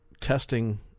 testing